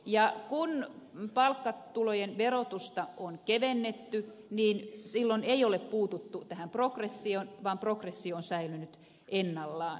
ja kun palkkatulojen verotusta on kevennetty niin silloin ei ole puututtu tähän progressioon vaan progressio on säilynyt ennallaan